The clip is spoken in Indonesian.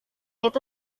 itu